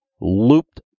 looped